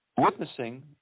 witnessing